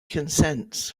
consents